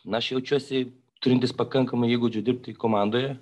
na aš jaučiuosi turintis pakankamai įgūdžių dirbti komandoje